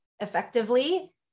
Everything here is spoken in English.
effectively